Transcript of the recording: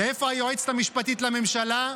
איפה היועצת המשפטית לממשלה?